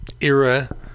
era